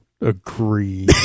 agree